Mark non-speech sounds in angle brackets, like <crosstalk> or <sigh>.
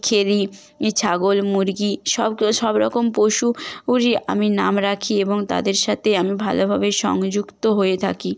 খেলি ই ছাগল মুরগি সব সব সব রকম পশু <unintelligible> আমি নাম রাখি এবং তাদের সাথে আমি ভালোভাবে সংযুক্ত হয়ে থাকি